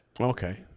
Okay